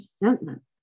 resentment